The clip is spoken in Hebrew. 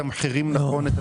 איך מתמחרים נכון.